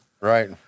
right